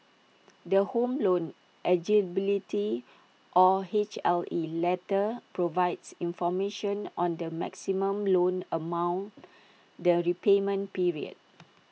the home loan eligibility or H L E letter provides information on the maximum loan amount the repayment period